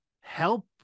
help